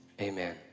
amen